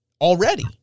already